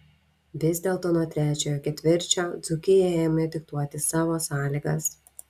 vis dėlto nuo trečiojo ketvirčio dzūkija ėmė diktuoti savo sąlygas